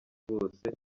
bose